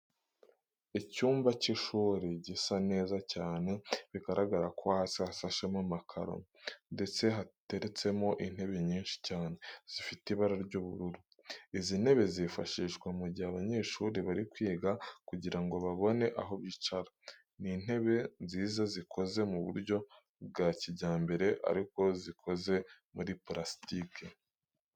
Icyumba cy'ishuri gisa neza cyane bigaragara ko hasi hasashemo amakaro ndetse hateretsemo intebe nyinshi cyane zifite ibara ry'ubururu. Izi ntebe zifashishwa mu gihe abanyeshuri bari kwiga kugira ngo babone aho bicara. Ni intebe nziza zikoze mu buryo bwa kijyambere ariko zikoze muri parasitike.